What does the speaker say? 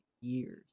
years